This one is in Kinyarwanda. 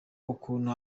ukuntu